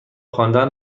خواندن